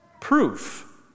Proof